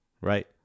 Right